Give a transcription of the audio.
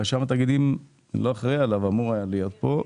רשם התאגידים - לא אחראי עליו היה אמור להיות כאן.